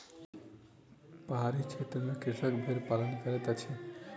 पहाड़ी क्षेत्र में कृषक भेड़ पालन करैत अछि